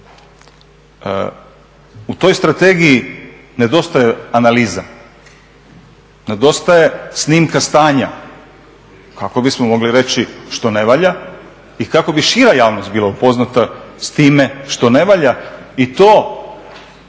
u toj strategiji nedostaje analiza, nedostaje snimka stanja kako bismo mogli reći što ne valja i kako bi šira javnost bila upoznata s time što ne valja i to